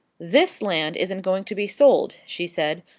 this land isn't going to be sold, she said.